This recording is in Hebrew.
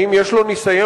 האם יש לו ניסיון?